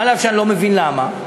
אף שאני לא מבין למה,